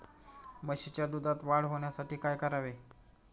म्हशीच्या दुधात वाढ होण्यासाठी काय करावे?